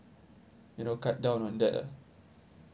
you know cut down on that ah